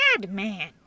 madman